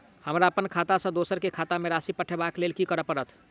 हमरा अप्पन खाता सँ दोसर केँ खाता मे राशि पठेवाक लेल की करऽ पड़त?